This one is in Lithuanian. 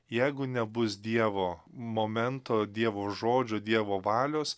jeigu nebus dievo momento dievo žodžio dievo valios